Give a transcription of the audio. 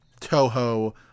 Toho